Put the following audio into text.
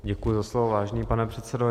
Děkuji za slovo, vážený pane předsedo.